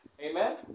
Amen